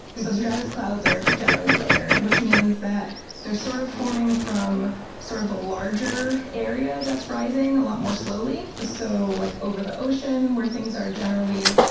so stratus clouds are generally layered, which means that they're sort of forming from sort of a larger area that's rising a lot more slowly. so, like over the ocean where things are generally,